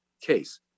case